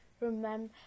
remember